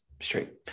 straight